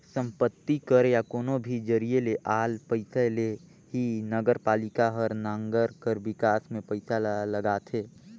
संपत्ति कर या कोनो भी जरिए ले आल पइसा ले ही नगरपालिका हर नंगर कर बिकास में पइसा ल लगाथे